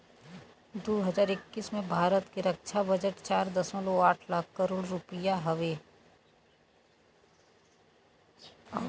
दू हज़ार इक्कीस में भारत के रक्छा बजट चार दशमलव आठ लाख करोड़ रुपिया हउवे